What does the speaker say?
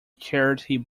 charity